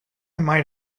might